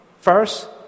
first